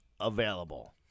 available